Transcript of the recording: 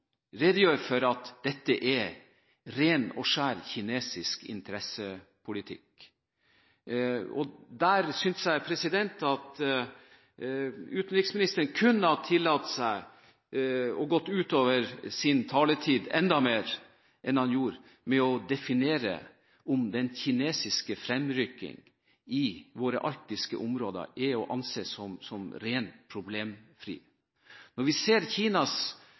redegjør for at dette er ren og skjær kinesisk interessepolitikk. Her synes jeg at utenriksministeren kunne tillatt seg å gå utover sin taletid – enda mer enn han gjorde – for å definere om den kinesiske fremrykking i våre arktiske områder er å anse som problemfri. Når vi ser Kinas fotavtrykk ikke minst på Svalbard, Ny-Ålesund, og ønsket om å bygge satellitt, Kinas